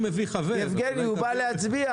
נמצא